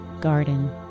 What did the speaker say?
garden